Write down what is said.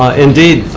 ah indeed,